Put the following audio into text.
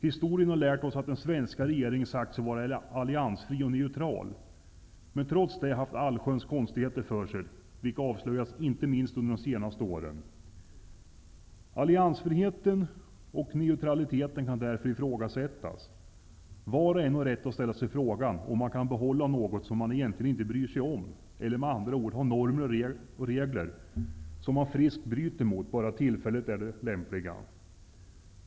Historien har lärt oss att den svenska regeringen sagt sig vara alliansfri och neutral, men trots det haft allsköns konstigheter för sig, vilket avslöjats inte minst under de senaste åren. Alliansfriheten och neutraliteten kan därför ifrågasättas. Var och en har rätt att ställa sig frågan om man kan behålla något som man egentligen inte bryr sig om, eller med andra ord ha normer och regler som man friskt bryter mot bara tillfället är det lämpliga.